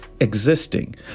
Existing